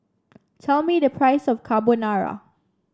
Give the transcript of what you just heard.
tell me the price of Carbonara